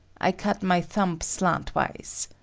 i cut my thumb slant-wise.